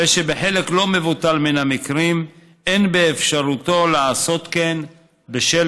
בחלק לא מבוטל מן המקרים אין באפשרותו לעשות כן בשל